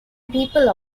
people